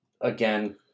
again